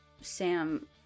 Sam